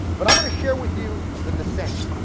but i'm gonna share with you the dissent.